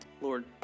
Lord